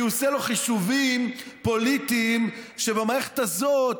כי הוא עושה לו חישובים פוליטיים שבמערכת הזאת,